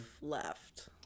left